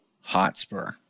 Hotspur